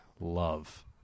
love